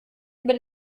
über